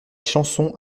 chanson